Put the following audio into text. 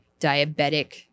diabetic